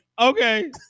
Okay